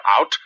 out